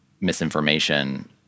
misinformation